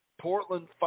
Portland